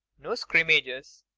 no scrimmages.